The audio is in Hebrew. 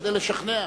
כדי לשכנע.